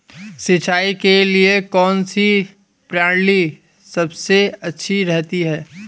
सिंचाई के लिए कौनसी प्रणाली सबसे अच्छी रहती है?